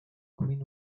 quinn